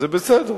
זה בסדר.